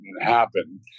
happen